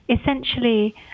essentially